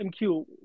MQ